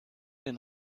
den